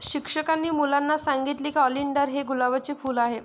शिक्षकांनी मुलांना सांगितले की ऑलिंडर हे गुलाबी फूल आहे